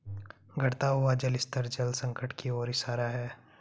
घटता हुआ जल स्तर जल संकट की ओर इशारा है